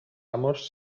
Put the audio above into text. amors